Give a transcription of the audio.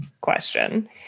question